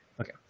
okay